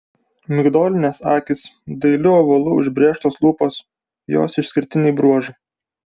migdolinės akys dailiu ovalu užbrėžtos lūpos jos išskirtiniai bruožai